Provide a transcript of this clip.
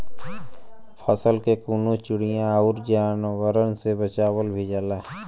फसल के कउनो चिड़िया आउर जानवरन से बचावल भी जाला